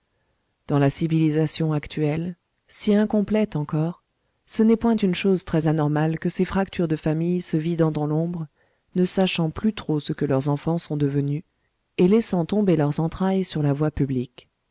dans la civilisation actuelle si incomplète encore ce n'est point une chose très anormale que ces fractures de familles se vidant dans l'ombre ne sachant plus trop ce que leurs enfants sont devenus et laissant tomber leurs entrailles sur la voie publique